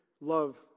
love